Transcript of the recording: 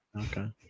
Okay